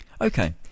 Okay